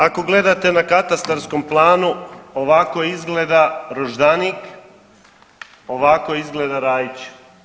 Ako gledate na katastarskom planu ovako izgleda Roždanik, ovako izgleda Rajić.